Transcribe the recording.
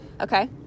Okay